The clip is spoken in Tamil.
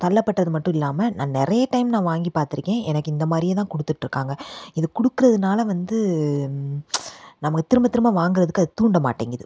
தள்ளப்பட்டது மட்டும் இல்லாமல் நான் நிறைய டைம் நான் வாங்கிப் பார்த்திருக்கேன் எனக்கு இந்த மாதிரியேதான் கொடுத்துட்டு இருக்காங்க இது கொடுக்குறதுனால வந்து நமக்குத் திரும்ப திரும்ப வாங்கிறதுக்கு அது தூண்டமாட்டேங்கிது